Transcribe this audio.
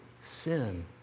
sin